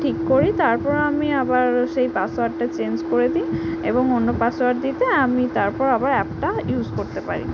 ঠিক করি তারপর আমি আবার সেই পাসওয়ার্ডটা চেঞ্জ করে দিই এবং অন্য পাসওয়ার্ড দিতে আমি তারপর আবার অ্যাপটা ইউজ করতে পারি